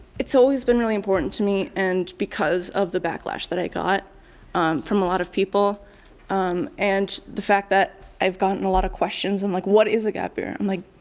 it's always been really important to me and because of the backlash that i got from a lot of people um and the fact that i've gotten a lot of questions and like what is a gap year? i'm like,